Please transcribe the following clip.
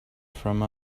from